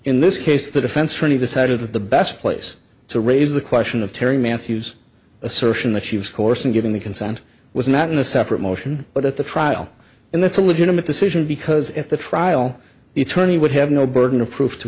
in this case the defense attorney decided that the best place to raise the question of terri matthews assertion that she was coarse and giving the consent was not in a separate motion but at the trial and that's a legitimate decision because at the trial the attorney would have no burden of proof to